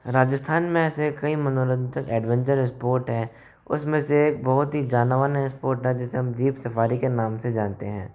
राजस्थान में ऐसे कई मनोरंजक एडवेंचर स्पोर्ट हैं उसमें से बहुत ही जाना माना स्पोर्ट है जिसे हम जीप सफारी के नाम से जानते हैं